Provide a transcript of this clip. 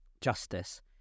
justice